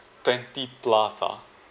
twenty plus ah